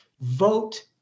Vote